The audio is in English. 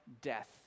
death